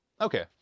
Okay